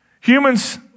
humans